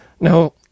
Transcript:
Now